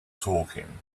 talking